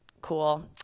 cool